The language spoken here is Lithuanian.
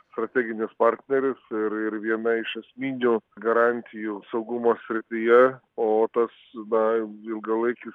strateginis partneris ir ir viena iš esminių garantijų saugumo srityje o tas na ilgalaikis